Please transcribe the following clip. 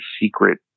secret